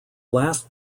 last